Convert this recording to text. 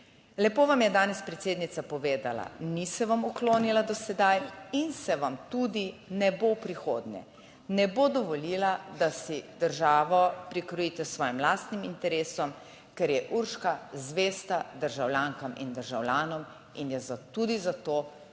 Lepo vam je danes predsednica povedala, ni se vam uklonila do sedaj in se vam tudi ne bo v prihodnje. Ne bo dovolila, da si državo prikrojite svojim lastnim interesom, ker je Urška zvesta državljankam in državljanom in je tudi za to, da